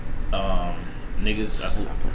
niggas